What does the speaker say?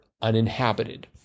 uninhabited